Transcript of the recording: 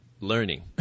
learning